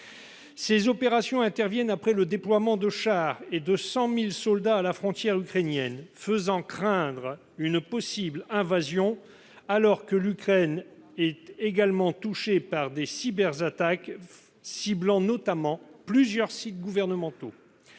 Ces opérations interviennent après le déploiement de chars et de 100 000 soldats à la frontière ukrainienne, faisant craindre une possible invasion. Dans le même temps, l'Ukraine est également touchée par des cyberattaques ciblant notamment plusieurs sites gouvernementaux.